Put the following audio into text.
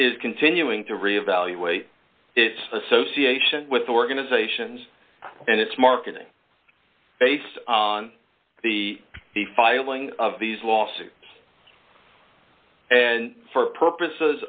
is continuing to re evaluate its association with organizations and its market based on the the filing of these lawsuits and for purposes